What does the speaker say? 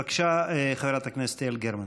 בבקשה, חברת הכנסת יעל גרמן.